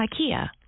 IKEA